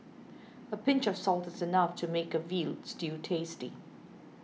a pinch of salt is enough to make a Veal Stew tasty